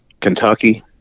Kentucky